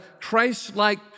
Christ-like